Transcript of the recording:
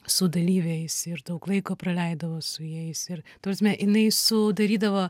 su dalyviais ir daug laiko praleisdavo su jais ir ta prasme jinai sudarydavo